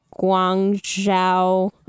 Guangzhou